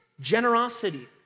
generosity